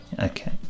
Okay